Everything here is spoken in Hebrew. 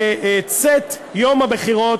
בצאת יום הבחירות,